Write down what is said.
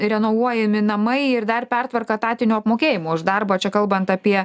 renovuojami namai ir dar pertvarka etatinio apmokėjimo už darbą čia kalbant apie